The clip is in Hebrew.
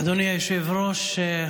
אדוני היושב-ראש,